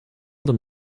them